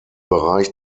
bereich